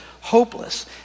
hopeless